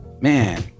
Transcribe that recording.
Man